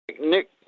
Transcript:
Nick